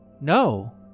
No